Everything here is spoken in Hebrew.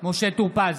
משה טור פז,